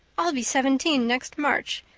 i'll be seventeen next march.